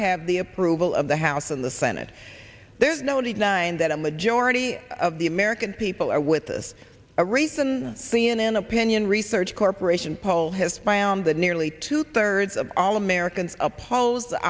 have the approval of the house in the senate there's no need nine that a majority of the american people are with us a reason c n n opinion research corporation poll has found that nearly two thirds of all americans oppose the